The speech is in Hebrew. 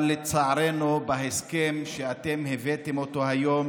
אבל לצערנו, ההסכם שאתם הבאתם היום